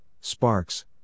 Sparks